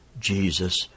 Jesus